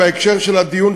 בהקשר של הדיון,